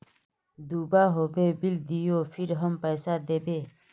दूबा होबे बिल दियो फिर हम पैसा देबे?